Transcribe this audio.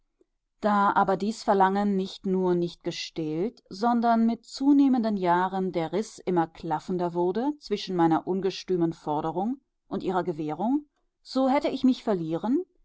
da aber dies verlangen nicht nur nicht gestillt sondern mit zunehmenden jahren der riß immer klaffender wurde zwischen meiner ungestümen forderung und ihrer gewährung so hätte ich mich verlieren